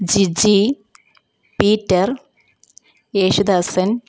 Jiji Peter Yesudasan